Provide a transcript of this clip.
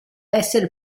essere